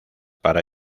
para